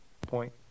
Point